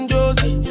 Josie